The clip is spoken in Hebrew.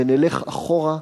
נלך אחורה,